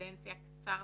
קדנציה קצרצרה,